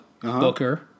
Booker